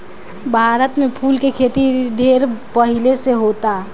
भारत में फूल के खेती ढेर पहिले से होता